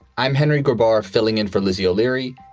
i'm henry goodbar, filling in for lizzie o'leary.